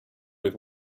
with